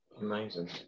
Amazing